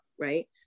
right